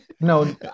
No